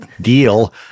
deal